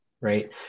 right